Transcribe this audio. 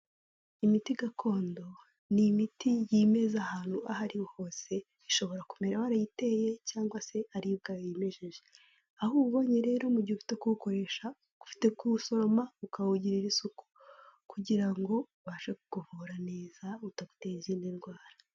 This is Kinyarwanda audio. Imiti gakondo ni imiti yimeza ahantu ahariho hose, ishobora kumera warayiteye cyangwa se ariyo ubwayo yimejeje. Aho uwubonye rero mugihe ufite kuwukoresha ufite kuwusoroma ukawugirira isuku kugira ngo ubashe kukuvura neza utaguteye izindi ndwara.